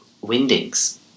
Windings